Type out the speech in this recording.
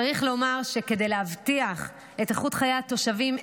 צריך לומר שכדי להבטיח את איכות חיי התושבים,